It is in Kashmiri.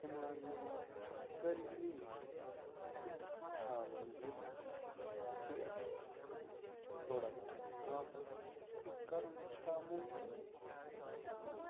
Himalaya curry leaves shine lip care product واپس کَرُن چھےٚ مُمکِن